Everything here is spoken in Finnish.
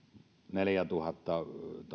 neljätuhatta